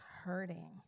hurting